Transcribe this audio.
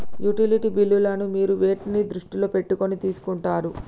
Utility బిల్లులను మీరు వేటిని దృష్టిలో పెట్టుకొని తీసుకుంటారు?